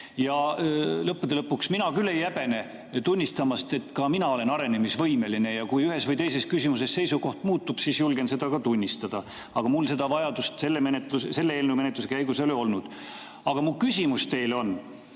Lõppude lõpuks mina küll ei häbene tunnistamast, et ka mina olen arenemisvõimeline ja kui ühes või teises küsimuses seisukoht muutub, siis julgen seda ka tunnistada. Aga mul seda vajadust selle eelnõu menetluse käigus ei ole olnud. Mu küsimus teile on